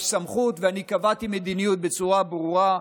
יש סמכות ואני קבעתי מדיניות בצורה ברורה,